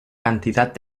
cantidad